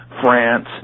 France